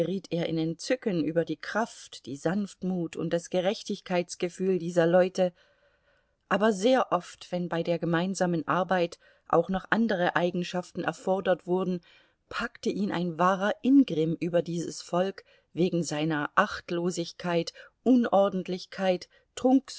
in entzücken über die kraft die sanftmut und das gerechtigkeitsgefühl dieser leute aber sehr oft wenn bei der gemeinsamen arbeit auch noch andere eigenschaften erfordert wurden packte ihn ein wahrer ingrimm über dieses volk wegen seiner achtlosigkeit unordentlichkeit